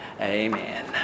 amen